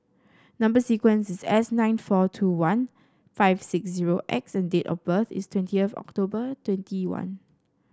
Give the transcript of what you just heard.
number sequence is S nine four two one five six zero X and date of birth is twenty October twenty one